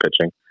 pitching